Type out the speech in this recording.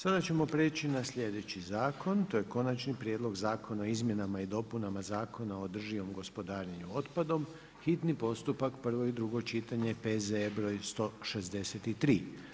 Sada ćemo prijeći na sljedeći zakon, to je: - Konačni prijedlog Zakona o izmjenama i dopunama Zakona o održivom gospodarenju otpadom, hitni postupak, prvo i drugo čitanje, P.Z.E. broj 163.